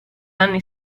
anni